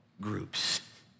groups